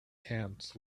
ants